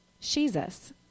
Jesus